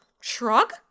Shrug